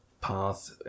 path